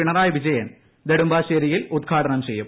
പിണറായി വിജയൻ നെടുമ്പാശ്ശേരിയിൽ ഉദ്ഘാടനം ചെയ്യും